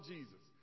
Jesus